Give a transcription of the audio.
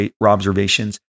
observations